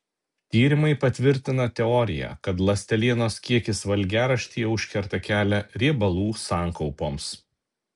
tyrimai patvirtina teoriją kad ląstelienos kiekis valgiaraštyje užkerta kelią riebalų sankaupoms